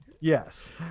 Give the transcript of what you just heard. Yes